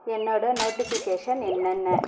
என்னோட நோட்டிபிகேஷன் என்னென்ன